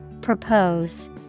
Propose